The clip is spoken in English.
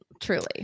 Truly